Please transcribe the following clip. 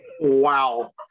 Wow